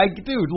Dude